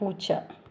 പൂച്ച